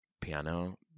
piano